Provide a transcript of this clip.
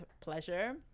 pleasure